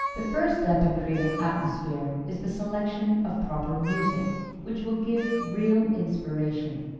the first step in creating atmosphere is the selection of proper music, which will give real inspiration.